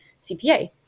CPA